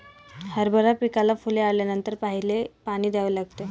हरभरा पिकाला फुले आल्यानंतर पहिले पाणी द्यावे